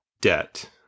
debt